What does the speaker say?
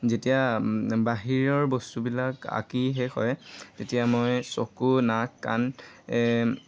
যেতিয়া বাহিৰৰ বস্তুবিলাক আঁকি শেষ হয় তেতিয়া মই চকু নাক কাণ